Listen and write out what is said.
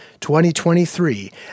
2023